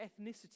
ethnicity